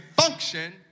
function